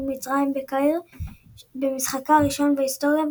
המצרים בקהיר במשחקה הראשון בהיסטוריה,